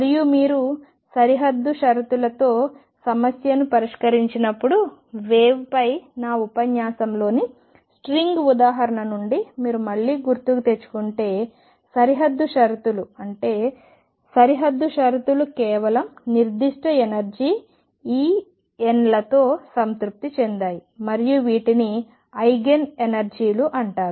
మరియు మీరు సరిహద్దు షరతులతో సమస్యను పరిష్కరించినప్పుడు వేవ్ పై నా ఉపన్యాసంలోని స్ట్రింగ్ ఉదాహరణ నుండి మీరు మళ్లీ గుర్తుకు తెచ్చుకుంటే సరిహద్దు షరతులు అంటే సరిహద్దు షరతులు కేవలం నిర్దిష్ట ఎనర్జీ En లతో సంతృప్తి చెందాయి మరియు వీటిని ఐగెన్ ఎనర్జీలు అంటారు